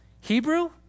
Hebrew